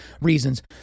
reasons